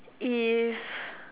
if